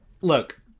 look